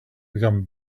become